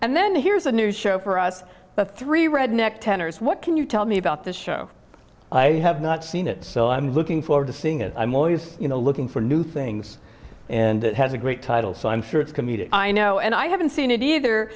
and then here's a news show for us the three redneck tenors what can you tell me about this show i have not seen it so i'm looking forward to seeing it i'm always looking for new things and it has a great title so i'm sure it's comedic i know and i haven't seen it either